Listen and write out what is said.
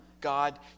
God